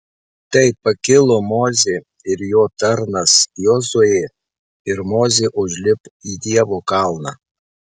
tai pakilo mozė ir jo tarnas jozuė ir mozė užlipo į dievo kalną